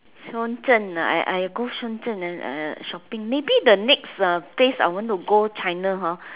Shenzhen ah I I go Shenzhen and uh shopping maybe the next place I want to go China hor